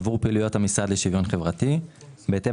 עבור פעילויות המשרד לשוויון חברתי בהתאם